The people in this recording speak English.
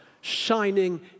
shining